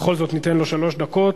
בכל זאת ניתן לו שלוש דקות,